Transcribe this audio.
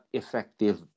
effective